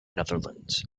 netherlands